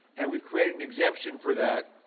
and we've created an exemption for that,